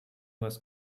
was